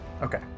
okay